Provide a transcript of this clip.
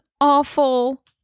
awful